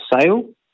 sale